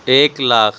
ایک لاکھ